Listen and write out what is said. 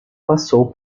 passou